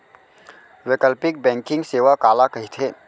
वैकल्पिक बैंकिंग सेवा काला कहिथे?